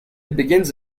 begins